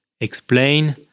explain